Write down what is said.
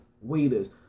Waiters